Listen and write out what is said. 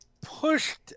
pushed